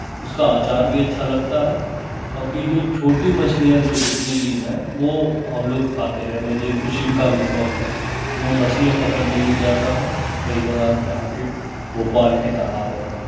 उसका अचार भी अच्छा लगता है बाकी जो छोटी मछलियाँ जो जितनी भी हैं वह हम लोग खाते हैं मुझे फिशिंग का भी शौक़ है तो मैं मछलियाँ पकड़ने भी जाता हूँ कई बार यहाँ के भोपाल के तालाबों में